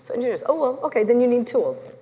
so engineers, oh well, okay, then you need tools,